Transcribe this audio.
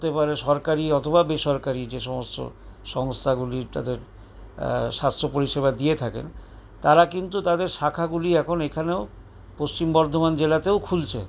হতে পারে সরকারি অথবা বেসরকারি যে সমস্ত সংস্থাগুলি তাদের স্বাস্থ্য পরিষেবা দিয়ে থাকেন তারা কিন্তু তাদের শাখাগুলি এখন এখানেও পশ্চিম বর্ধমান জেলাতেও খুলছে